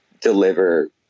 deliver